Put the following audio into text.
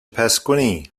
pasquini